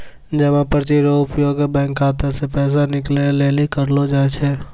जमा पर्ची रो उपयोग बैंक खाता से पैसा निकाले लेली करलो जाय छै